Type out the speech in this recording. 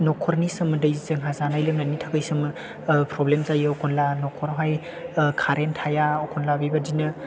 न'खरनि सोमोन्दै जोंहा जानाय लोंनायनि थाखाय जोङो प्रब्लेम जायो एखनब्ला न'खरावहाय खारेन थाया एखनब्ला बेबायदिनो